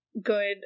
good